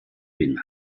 bin